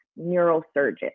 neurosurgeon